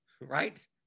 right